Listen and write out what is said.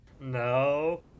no